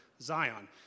Zion